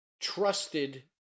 trusted